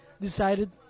decided